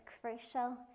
crucial